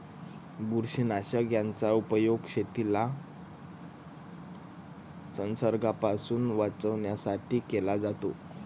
बुरशीनाशक याचा उपयोग शेतीला संसर्गापासून वाचवण्यासाठी केला जातो